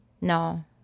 no